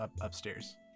upstairs